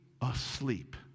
asleep